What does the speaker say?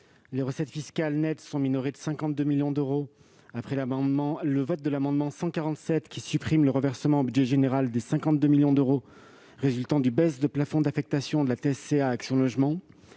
Les recettes fiscales nettes sont minorées de 52 millions d'euros après l'adoption de l'amendement n° 147 visant à supprimer le reversement au budget général des 52 millions d'euros résultant de la baisse du plafond de l'affectation de TSCA à Action Logement.